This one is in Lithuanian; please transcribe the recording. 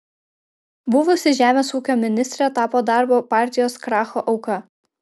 buvusi žemės ūkio ministrė tapo darbo partijos kracho auka